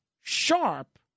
Sharp